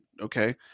okay